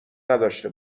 نداشته